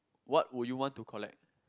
what would you want to collect